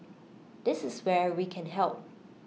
this is where we can help